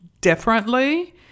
differently